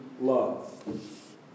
love